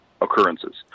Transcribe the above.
occurrences